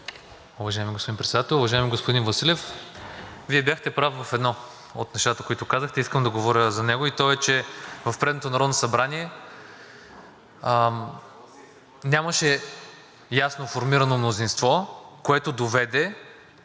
Уважаеми господин Председател, уважаеми господин Василев! Вие бяхте прав в едно от нещата, които казахте, искам да говоря за него, и то е, че в предното Народно събрание нямаше ясно формирано мнозинство, което доведе